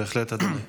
בהחלט, אדוני.